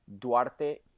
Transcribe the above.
Duarte